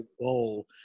goal